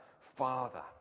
Father